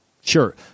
sure